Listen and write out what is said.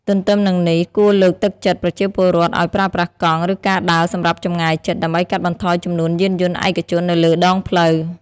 ទន្ទឹមនឹងនេះ គួរលើកទឹកចិត្តប្រជាពលរដ្ឋឱ្យប្រើប្រាស់កង់ ឬការដើរសម្រាប់ចម្ងាយជិត ដើម្បីកាត់បន្ថយចំនួនយានយន្តឯកជននៅលើដងផ្លូវ។